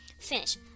finish